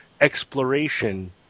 exploration